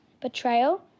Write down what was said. betrayal